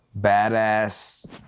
badass